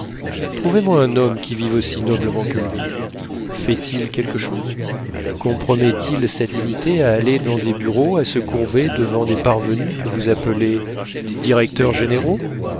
trouvez-moi un homme qui vive aussi noblement que lui fait-il quelque chose compromet il sa dignité à aller dans des bureaux à se courber devant des parvenus que vous appelez des directeurs généraux